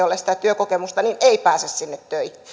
ole työkokemusta ei pääse